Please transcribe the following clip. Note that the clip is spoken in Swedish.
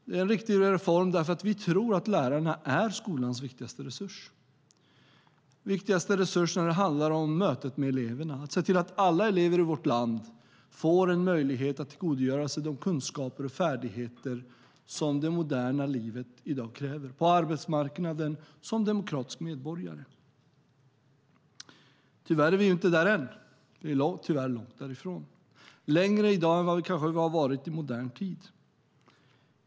Det är en viktig reform därför att vi tror att lärarna är skolans viktigaste resurs när det handlar om mötet med eleverna och att se till att alla elever i vårt land, som demokratiska medborgare, får en möjlighet att tillgodogöra sig de kunskaper och färdigheter som det moderna livet i dag kräver på arbetsmarknaden. Tyvärr är vi inte där än - långt därifrån. Vi är i dag längre därifrån än vad vi kanske har varit i modern tid.